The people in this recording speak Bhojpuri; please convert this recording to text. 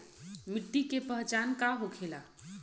मिट्टी के पहचान का होखे ला?